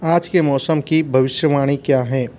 आज के मौसम की भविष्यवाणी क्या है